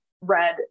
read